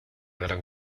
gran